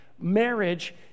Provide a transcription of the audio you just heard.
marriage